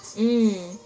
mm